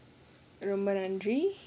ரொம்ப நன்றி:romba nandri